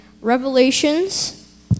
revelations